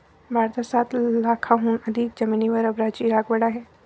भारतात सात लाखांहून अधिक जमिनीवर रबराची लागवड आहे